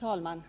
Herr talman!